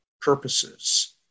purposes